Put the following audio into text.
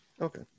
Okay